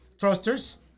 thrusters